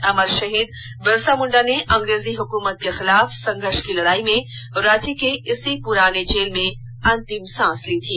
अमर शहीद बिरसा मुंडा ने अंग्रेजी हुकूमत के खिलाफ संघर्ष की लड़ाई में रांची के इसी पुराने जेल में अंतिम सांस ली थी